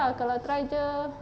kalau try jer